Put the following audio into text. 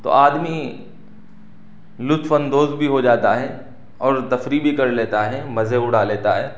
تو آدمی لطف اندوز بھی ہو جاتا ہے اور تفریح بھی کر لیتا ہے مزے اڑا لیتا ہے